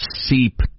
seep